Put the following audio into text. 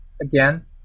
Again